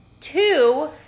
Two